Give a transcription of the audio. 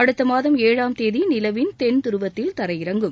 அடுத்த மாதம் ஏழாம் தேதி நிலவின் தென்துருவத்தில் தரையிறங்கும்